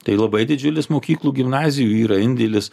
tai labai didžiulis mokyklų gimnazijų yra indėlis